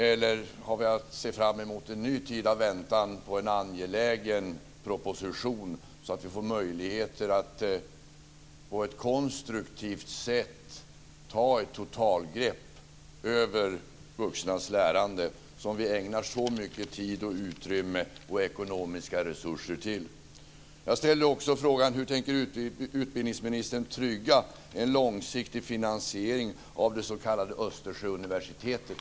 Eller har vi att se fram emot en ny tid av väntan på en angelägen proposition, så att vi får möjligheter att på ett konstruktivt sätt ta ett totalgrepp över vuxnas lärande, som vi ägnar så mycket tid, utrymme och ekonomiska resurser åt? Östersjöuniversitetet?